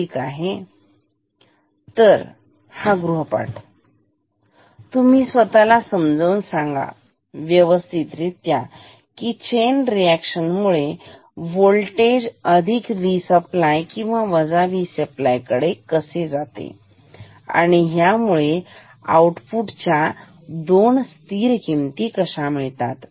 तर गृहपाठ तुम्ही स्वतःला समजावून सांगा व्यवस्थित रित्या की चेन रिएक्शन मुळे होल्टेज अधिक V सप्लाय किंवा वजा V सप्लाय कडे जाते आणि ह्यामुळे आउटपुट च्या दोन स्थिर किमती मिळतात